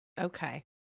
Okay